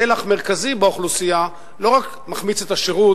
פלח מרכזי באוכלוסייה לא רק מחמיץ את השירות,